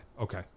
okay